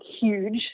huge